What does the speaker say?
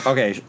Okay